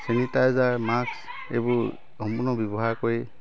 sanitiser mask এইবোৰ সম্পূৰ্ণ ব্যৱহাৰ কৰি